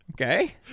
okay